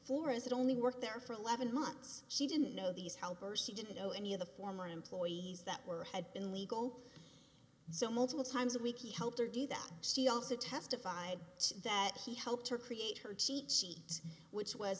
for as it only worked there for eleven months she didn't know these helpers he didn't know any of the former employees that were had been legal so multiple times a week he helped her do that she also testified that he helped her create her cheat sheet which was